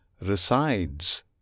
resides